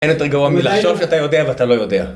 אין יותר גרוע מלחשוב שאתה יודע ואתה לא יודע.